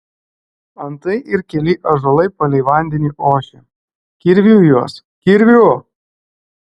antai ir keli ąžuolai palei vandenį ošia kirviu juos kirviu